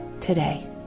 today